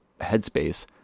Headspace